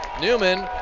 Newman